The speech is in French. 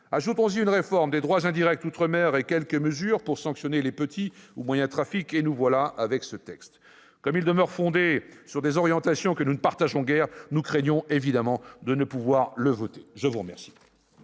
Ajoutons-y une réforme des droits indirects en outre-mer et quelques mesures pour sanctionner les petits ou moyens trafics, et nous voilà avec ce texte. Comme il demeure fondé sur des orientations que nous ne partageons guère, nous craignons fort de ne pouvoir le voter ! La parole